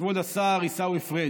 כבוד השר עיסאווי פריג',